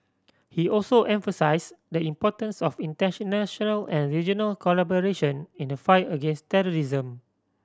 he also emphasise the importance of and regional collaboration in the fight against terrorism